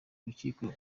urukiko